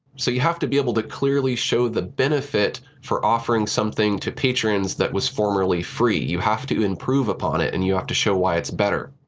so you have to be able to clearly show the benefit for offering something to patreons that was formerly free. you have to improve upon it, and you have to show why it's better.